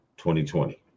2020